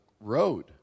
road